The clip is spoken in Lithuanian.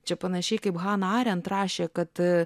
čia panašiai kaip hana arent rašė kad